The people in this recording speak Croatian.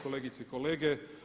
Kolegice i kolege.